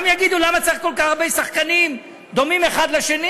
גם יגידו: למה צריך כל כך הרבה שחקנים דומים האחד לשני?